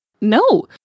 No